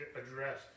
address